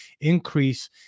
increase